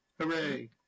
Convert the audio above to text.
Hooray